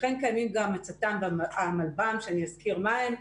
וכן קיימים הצט"ם והמלב"ם שאזכיר מהם.